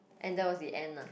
and that was the end lah